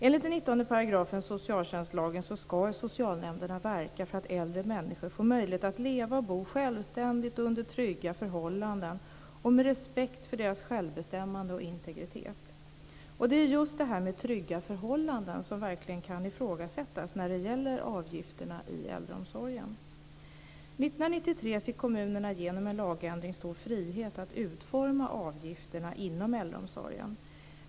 Enligt 19 § i socialtjänstlagen ska socialnämnderna verka för att äldre människor får möjlighet att leva och bo självständigt, under trygga förhållanden och med respekt för deras självbestämmande och integritet. Det är just detta med trygga förhållanden som verkligen kan ifrågasättas när det gäller avgifterna i äldreomsorgen. År 1993 fick kommunerna genom en lagändring stor frihet att utforma avgifterna inom äldreomsorgen.